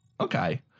okay